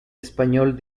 español